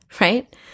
Right